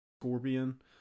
Scorpion